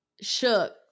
shook